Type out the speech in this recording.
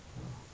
ah